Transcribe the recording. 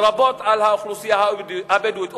לרבות על האוכלוסייה הבדואית,